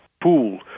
pool